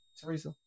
Teresa